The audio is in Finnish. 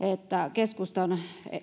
keskustan